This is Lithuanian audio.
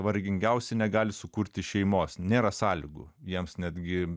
vargingiausi negali sukurti šeimos nėra sąlygų jiems netgi